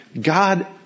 God